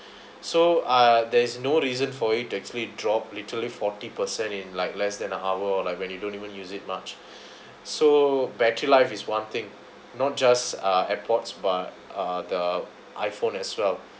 so uh there is no reason for it to actually drop literally forty percent in like less than an hour like when you don't even use it much so battery life is one thing not just uh airpods but uh the iphone as well